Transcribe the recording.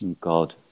God